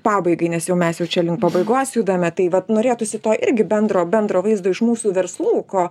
pabaigai nes jau mes jau čia link pabaigos judame tai vat norėtųsi to irgi bendro bendro vaizdo iš mūsų verslų ko